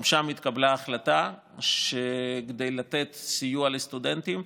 גם שם התקבלה החלטה שכדי לתת סיוע לסטודנטים,